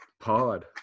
Pod